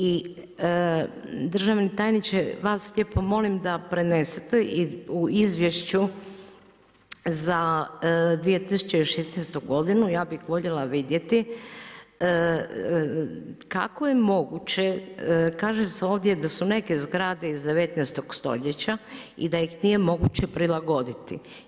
I državni tajniče, vas lijepo molim da prenesete i u izvješću za 2016. godinu, ja bih voljela vidjeti, kako je moguće, kaže se ovdje da su neke zgrade iz 19. stoljeća i da ih nije moguće prilagoditi.